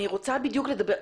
אני רוצה בדיוק לדבר,